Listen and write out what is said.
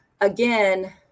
again